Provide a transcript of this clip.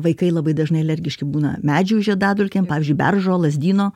vaikai labai dažnai alergiški būna medžių žiedadulkėm pavyzdžiui beržo lazdyno